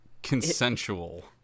consensual